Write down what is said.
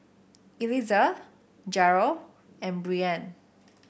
Eliezer Jerel and Breanne